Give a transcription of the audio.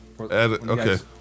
Okay